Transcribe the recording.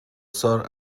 sore